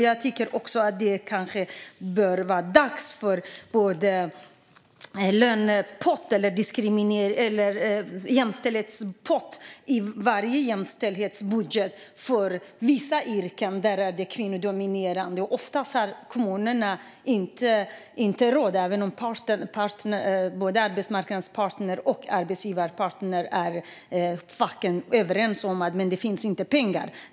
Jag tycker att det är dags för en jämställdhetspott i varje jämställdhetsbudget för vissa yrken som är kvinnodominerade. Oftast har kommunerna inte råd, och även om arbetsmarknadens parter - både arbetsgivare och fack - är överens finns det inte pengar.